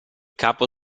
capo